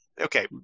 Okay